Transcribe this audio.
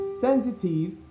sensitive